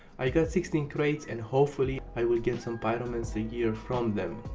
i got sixteen crates and hopefully i will get some pyromancer gear from them.